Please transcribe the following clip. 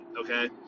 okay